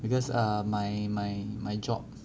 because err my my my job